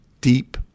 deep